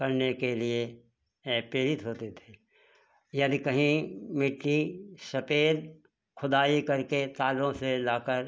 करने के लिए प्रेरित होते थे यदि कहीं मिट्टी सफेद खुदाई करके तालों से लाकर